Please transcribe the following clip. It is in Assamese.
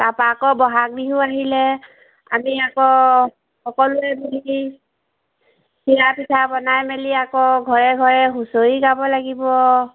তাৰপৰা আকৌ বহাগ বিহু আহিলে আমি আকৌ সকলোৱে মিলি চিৰা পিঠা বনাই মেলি আকৌ ঘৰে ঘৰে হুঁচৰি গাব লাগিব